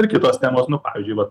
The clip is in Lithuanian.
ir kitos temos nu pavyzdžiui va